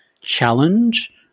challenge